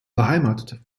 beheimatet